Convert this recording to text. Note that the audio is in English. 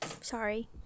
Sorry